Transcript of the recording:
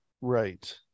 right